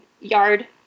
yard